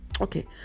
Okay